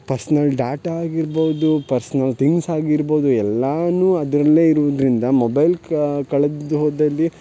personal data ಆಗಿರ್ಬೌದು personal things ಆಗಿರ್ಬೌದು ಎಲ್ಲವೂ ಅದರಲ್ಲೇ ಇರುವುದರಿಂದ ಮೊಬೈಲ್ ಕಳ್ದು ಹೋದಲ್ಲಿ